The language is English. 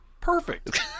Perfect